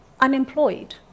unemployed